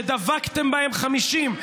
שדבקתם בהן 50,